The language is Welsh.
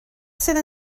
sydd